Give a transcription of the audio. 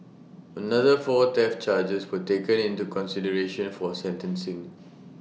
another four theft charges were taken into consideration for sentencing